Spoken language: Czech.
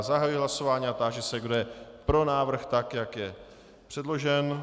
Zahajuji hlasování a táži se, kdo je pro návrh tak, jak je předložen.